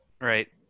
right